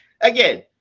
Again